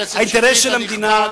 האינטרס של המדינה,